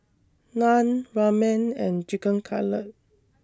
Naan Ramen and Chicken Cutlet